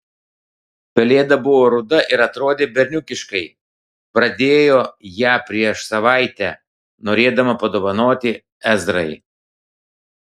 pelėda buvo ruda ir atrodė berniukiškai pradėjo ją prieš savaitę norėdama padovanoti ezrai